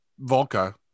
Volca